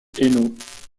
hainaut